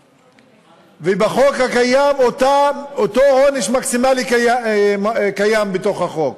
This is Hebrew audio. ובחוק הקיים, אותו עונש מקסימלי קיים בתוך החוק.